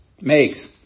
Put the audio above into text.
makes